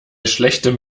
schlechtem